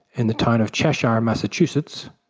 in the town of cheshire massachusetts,